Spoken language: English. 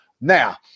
Now